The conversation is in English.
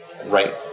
right